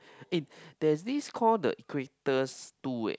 eh there's this called the equators two eh